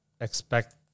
expect